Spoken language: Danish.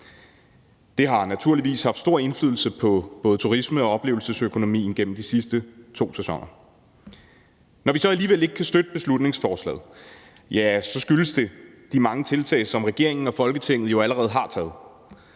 Det har naturligvis haft stor indflydelse på både turisme- og oplevelsesøkonomien gennem de sidste to sæsoner. Når vi så alligevel ikke kan støtte beslutningsforslaget, skyldes det de mange tiltag, som regeringen og Folketinget jo allerede har taget.